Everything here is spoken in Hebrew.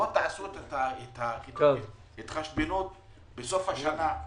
תעשו את ההתחשבנות בסוף השנה,